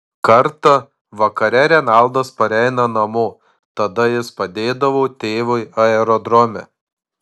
kartą vakare renaldas pareina namo tada jis padėdavo tėvui aerodrome